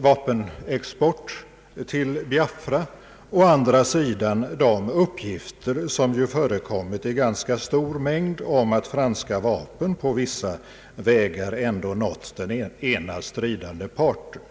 vapenexport till Biafra, å andra sidan de uppgifter som förekommit i ganska stor mängd om att franska vapen på vissa vägar ändå nått den ena stridande parten.